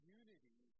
unity